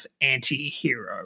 anti-hero